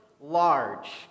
large